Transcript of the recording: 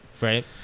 Right